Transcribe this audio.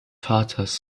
vaters